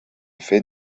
fet